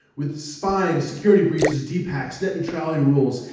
with spying, security breaches, deep fakes, neutrality rules,